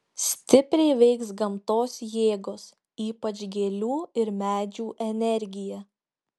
stipriai veiks gamtos jėgos ypač gėlių ir medžių energija